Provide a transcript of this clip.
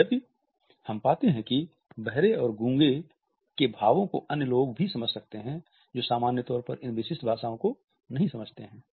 यद्यपि हम पाते हैं कि बहरे और गूंगे के भावों को अन्य लोग भी समझ सकते हैं जो सामान्य तौर पर इन विशिष्ट भाषाओं को नहीं समझते हैं